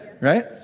right